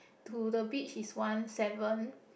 to the beach is one seven